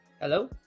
Hello